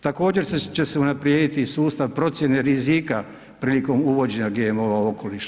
Također će se unaprijediti i sustav procjene rizik prilikom uvođenja GMO-a u okoliš.